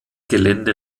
gelände